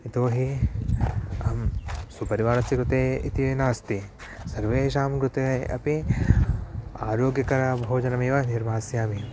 यतो हि अहं स्वपरिवारस्य कृते इति नास्ति सर्वेषां कृते अपि आरोग्यकरभोजनमेव निर्मास्यामि